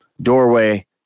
doorway